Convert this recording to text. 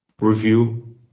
review